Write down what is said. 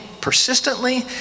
persistently